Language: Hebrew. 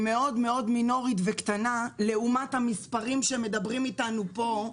היא מאוד מאוד מאוד מינורית וקטנה לעומת המספרים שמדברים איתנו פה.